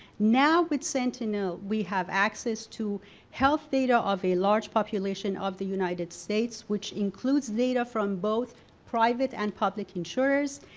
now with sentinel we have access to health data of a large population of the united states which includes data from both private and public insurers,